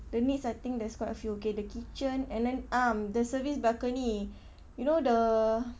the needs I think there's quite a few okay the kitchen and then ah the service balcony you know the